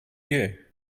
you